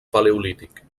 paleolític